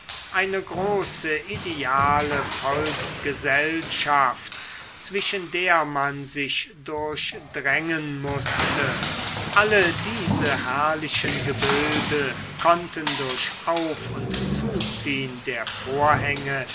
eine große ideale volksgesellschaft zwischen der man sich durchdrängen mußte alle diese herrlichen gebilde konnten durch auf und zuziehn der vorhänge